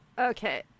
okay